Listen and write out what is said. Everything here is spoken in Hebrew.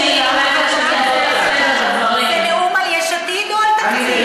זה נאום על יש עתיד או על התקציב?